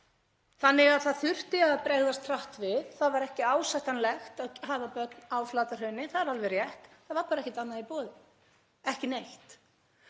gerlegt. Það þurfti að bregðast hratt við. Það var ekki ásættanlegt að hafa börn á Flatahrauni, það er alveg rétt, en það var bara ekkert annað í boði, ekki neitt.